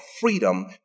freedom